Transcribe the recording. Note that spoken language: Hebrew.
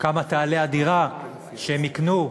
כמה תעלה הדירה שהם יקנו,